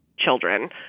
children